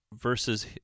versus